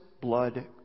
blood